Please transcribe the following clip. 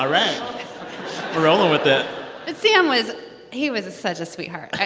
ah right rolling with it but sam was he was such a sweetheart.